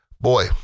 Boy